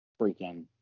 freaking